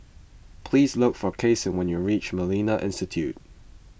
please look for Cason when you reach Millennia Institute